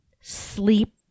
sleep